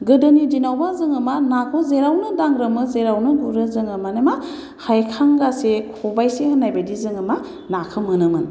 गोदोनि दिनावबो जोङो मा नाखौ जेरावनो दांग्रोमो जेरावनो गुरो जोङो माने मा हायखांगासे खबायसे होन्नाय बायदि जोङो मा नाखौ मोनोमोन